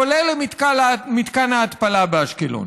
כולל מתקן ההתפלה באשקלון.